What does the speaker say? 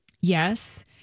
yes